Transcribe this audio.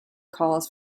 calls